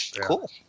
Cool